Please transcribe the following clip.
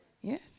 Yes